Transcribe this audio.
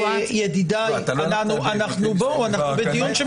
ידידיי, בואו, אנחנו בדיון.